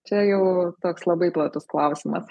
čia jau toks labai platus klausimas